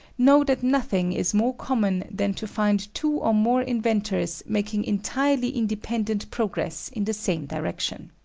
know that nothing is more common than to find two or more inventors making entirely independent progress in the same direction.